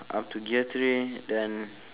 up to gear three then